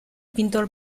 pintor